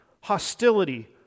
hostility